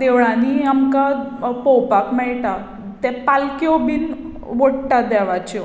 देवळांनी आमकां पळोवपाक मेयटा ते पालक्यो बीन ओडटात देवाच्यो